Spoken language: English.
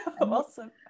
Awesome